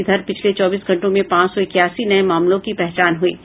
इधर पिछले चौबीस घंटों में पांच सौ इक्यासी नये मरीजों की पहचान हुई है